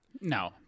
No